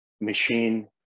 machine